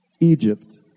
Egypt